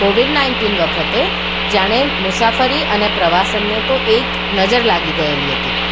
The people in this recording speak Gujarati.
કોવિડ નાઇન્ટીન વખતે જાણે મુસાફરી અને પ્રવાસનને તો એક નજર લાગી ગયેલી હતી